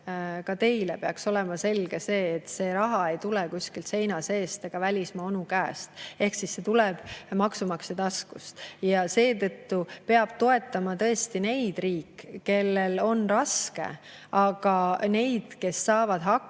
ka teile peaks olema selge see, et raha ei tule kuskilt seina seest ega välismaa onu käest. See tuleb maksumaksja taskust. Seetõttu peab toetama riik neid, kellel tõesti on raske, aga neid, kes saavad hakkama,